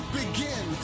begin